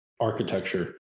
architecture